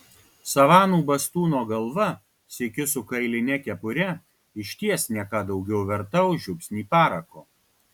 savanų bastūno galva sykiu su kailine kepure išties ne ką daugiau verta už žiupsnį parako